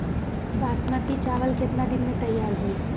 बासमती चावल केतना दिन में तयार होई?